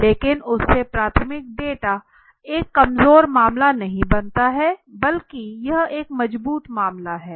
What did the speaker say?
लेकिन उससे प्राथमिक डेटा एक कमजोर मामला नहीं बनता है बल्कि यह एक मजबूत मामला है